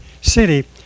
city